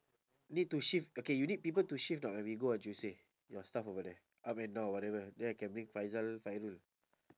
need to shift okay you need people to shift not when we go on tuesday your stuff over there I mean or whatever then I can bring faizah fairul